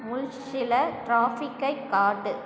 முல்ஷியில ட்ராஃபிக்கைக் காட்டு